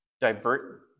divert